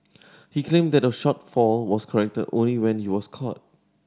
he claimed that the shortfall was corrected only when it was caught